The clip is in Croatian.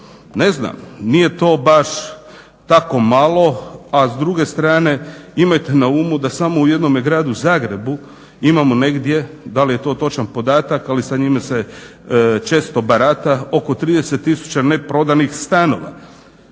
ne znam, nije to baš tako malo, a s druge strane imajte na umu da samo u jednome gradu Zagrebu imamo negdje da li je to točan podatak ali sa njime se često barata oko 30000 neprodanih stanova.